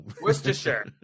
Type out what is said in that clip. Worcestershire